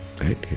right